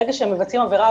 ברגע שהם מבצעים עבירה,